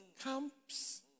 camps